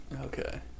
Okay